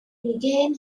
regain